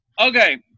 Okay